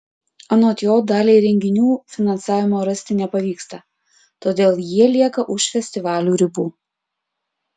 anot jo daliai renginių finansavimo rasti nepavyksta todėl jie lieka už festivalių ribų